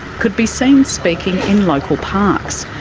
could be seen speaking in local parks,